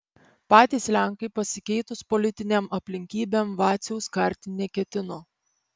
patys lenkai pasikeitus politinėm aplinkybėm vaciaus karti neketino